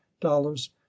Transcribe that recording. dollars